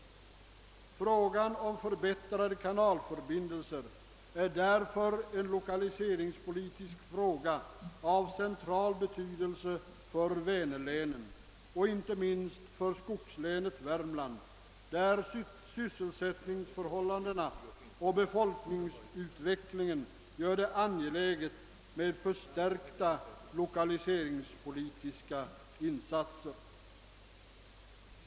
Frågan om förbättrade kanalförbindelser är därför en lokaliseringspolitisk fråga av central betydelse för Vänerlänen och inte minst för skogslänet Värmland, där sysselsättningsförhållandena och <befolkningsutvecklingen gör det angeläget med förstärkta lokaliseringspolitiska insatser.